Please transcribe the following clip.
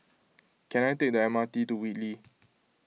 can I take the M R T to Whitley